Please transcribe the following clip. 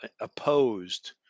opposed